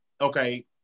okay